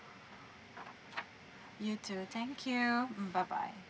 you too thank you mm bye bye